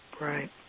Right